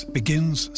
begins